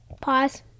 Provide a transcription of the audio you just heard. Pause